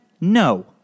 No